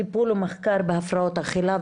טיפול ומחקר בהפרעות אכילה.